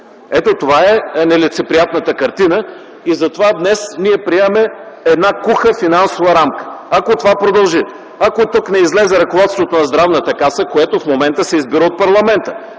Ето това е нелицеприятната картина. Затова днес ние приемаме една куха финансова рамка, ако това продължи, ако тук не излезе ръководството на Здравната каса, което в момента се избира от парламента.